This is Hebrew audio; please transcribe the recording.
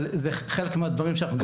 אבל זה חלק מהדברים שאנחנו מתעסקים בהם.